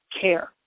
care